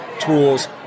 tools